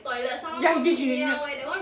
ya right